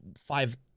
five